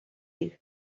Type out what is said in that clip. you